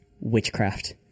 witchcraft